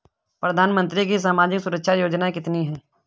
प्रधानमंत्री की सामाजिक सुरक्षा योजनाएँ कितनी हैं?